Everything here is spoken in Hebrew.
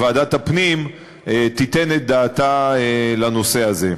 ועדת הפנים, תיתן את דעתה לנושא הזה.